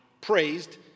praised